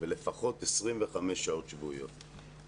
ולפחות 25 שעות שבועיות.